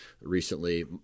recently